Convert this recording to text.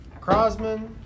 Crosman